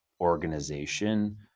organization